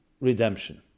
redemption